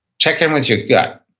check in with your gut.